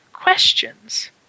questions